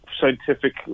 scientific